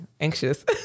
anxious